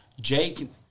Jake